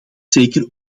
zeker